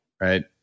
right